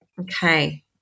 Okay